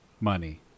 money